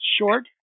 short